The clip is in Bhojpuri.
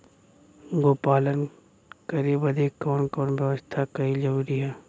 गोपालन करे बदे कवन कवन व्यवस्था कइल जरूरी ह?